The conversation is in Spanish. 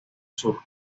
sur